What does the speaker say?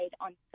on